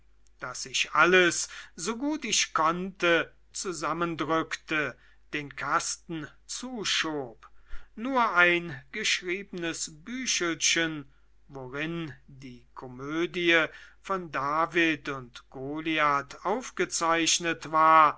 daß ich alles so gut ich konnte zusammendrückte den kasten zuschob nur ein geschriebenes büchelchen worin die komödie von david und goliath aufgezeichnet war